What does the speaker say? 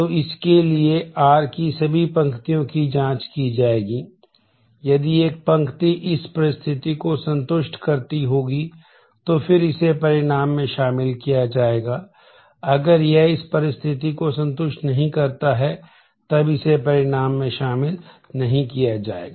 तो इसके लिए R की सभी पंक्तियों की जाँच की जाएगी यदि एक पंक्ति इस परिस्थिति को संतुष्ट करती होगी तो फिर इसे परिणाम में शामिल किया जाएगा अगर यह इस परिस्थिति को संतुष्ट नहीं करता है तब इसे परिणाम में शामिल नहीं किया जाएगा